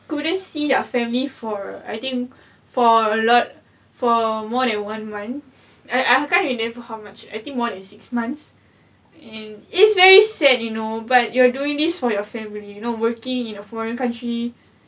couldn't see their family for I think for a lot for more than one month I I can't remember how much I think more than six months and it's very sad you know but you're doing this for your family you know working in a foreign country